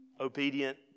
obedient